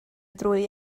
trwy